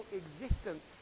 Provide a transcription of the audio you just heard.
existence